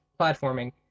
platforming